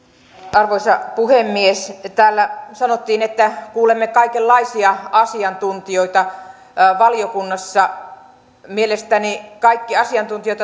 arvoisa puhemies täällä sanottiin että kuulemme kaikenlaisia asiantuntijoita valiokunnassa mielestäni kaikki asiantuntijat